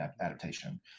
adaptation